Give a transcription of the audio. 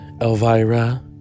Elvira